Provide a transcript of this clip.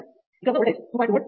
5V ఇక్కడ ఉన్న voltage 2